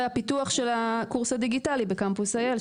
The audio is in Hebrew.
והפיתוח ש הקורס הדיגיטלי בקמפוס איי אל,